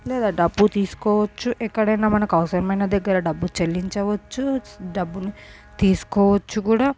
లేదా డబ్బు తీసుకోవచ్చు ఎక్కడైనా మనకు అవసరమైన దగ్గర డబ్బు చెల్లించవచ్చు డబ్బును తీసుకోవచ్చు కూడా